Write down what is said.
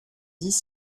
dix